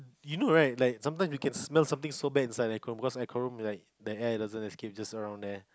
you know right like sometimes you can smell something so bad inside air con room because air con room like the air doesn't escape the surround air